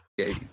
Okay